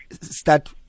start